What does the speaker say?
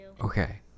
okay